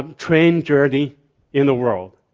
um train journey in the world.